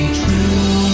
true